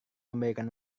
memberikan